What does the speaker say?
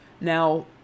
Now